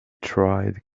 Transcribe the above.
tried